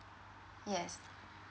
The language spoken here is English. yes